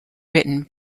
written